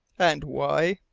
and why?